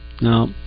No